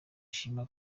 ashima